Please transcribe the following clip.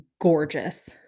gorgeous